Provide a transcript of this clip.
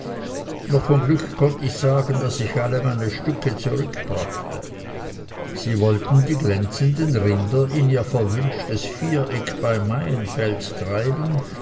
noch von glück konnt ich sagen daß ich alle meine stücke zurückbrachte sie wollten die glänzenden rinder in ihr verwünschtes viereck bei maienfeld treiben